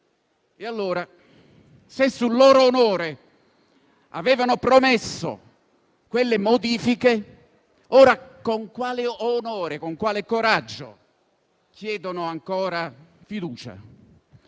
E allora, se sul loro onore avevano promesso quelle modifiche, ora con quale onore e con quale coraggio chiedono ancora fiducia?